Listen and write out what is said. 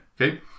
Okay